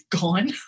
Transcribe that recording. gone